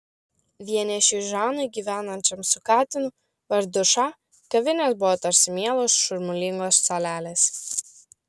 vienišiui žanui gyvenančiam su katinu vardu ša kavinės buvo tarsi mielos šurmulingos salelės